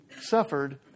suffered